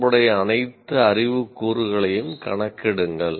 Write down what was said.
தொடர்புடைய அனைத்து அறிவு கூறுகளையும் கணக்கிடுங்கள்